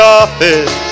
office